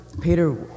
Peter